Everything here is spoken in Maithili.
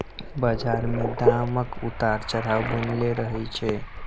बजार मे दामक उतार चढ़ाव बनलै रहय छै